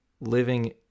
living